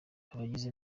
abagize